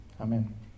Amen